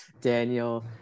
Daniel